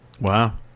Wow